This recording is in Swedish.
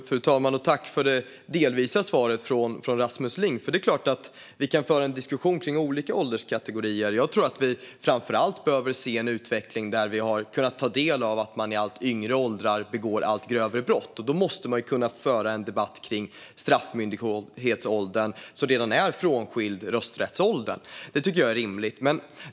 Fru talman! Tack för det delvisa svaret, Rasmus Ling! Det är klart att vi kan föra en diskussion om olika ålderskategorier. Jag tror att vi framför allt behöver se att vi har haft en utveckling där man i allt lägre åldrar begår allt grövre brott. Då måste vi kunna föra en debatt om straffmyndighetsåldern, som redan är skild från rösträttsåldern. Det tycker jag är rimligt.